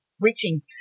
reaching